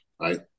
right